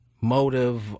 motive